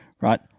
Right